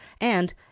And